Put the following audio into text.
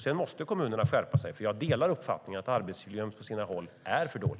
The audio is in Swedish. Sedan måste kommunerna skärpa sig, för jag delar uppfattningen att arbetsmiljön på sina håll är för dålig.